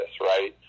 right